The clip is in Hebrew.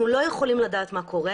אנחנו לא יכולים לדעת מה קורה,